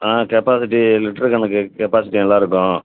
ஆ capacity litre கணக்கு capacity நல்லாருக்கும்